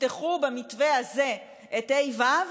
יפתחו במתווה הזה את ה'-ו'